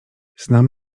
znam